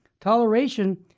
toleration